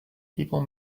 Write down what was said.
people